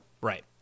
Right